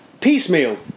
Piecemeal